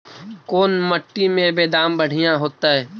कोन मट्टी में बेदाम बढ़िया होतै?